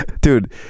Dude